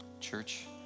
Church